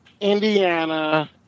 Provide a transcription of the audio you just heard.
Indiana